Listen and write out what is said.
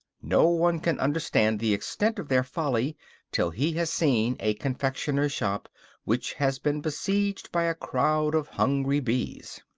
no one can understand the extent of their folly till he has seen a confectioner's shop which has been besieged by a crowd of hungry bees.